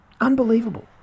Unbelievable